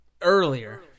earlier